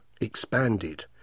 expanded